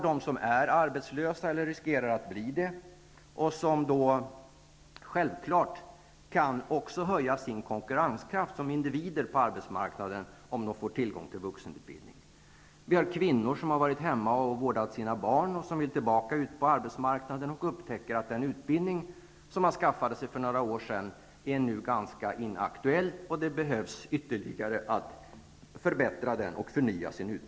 De som är arbetslösa eller riskerar att bli det kan självfallet också öka sin konkurrenskraft som individer på arbetsmarknaden om de får tillgång till vuxenutbildning. Kvinnor som varit hemma och vårdat sina barn och vill tillbaka ut på arbetsmarknaden upptäcker att den utbildning de skaffat sig för några år sedan nu är ganska inaktuell. De behöver förbättra sin utbildning och förnya den.